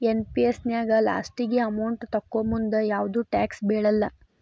NPS ನ್ಯಾಗ ಲಾಸ್ಟಿಗಿ amount ತೊಕ್ಕೋಮುಂದ ಯಾವ್ದು ಟ್ಯಾಕ್ಸ್ ಬೇಳಲ್ಲ